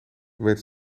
werd